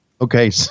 Okay